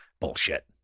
bullshit